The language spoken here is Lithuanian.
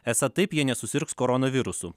esą taip jie nesusirgs koronavirusu